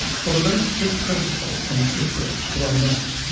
followed very strict protocol on the slip roads or on ramps,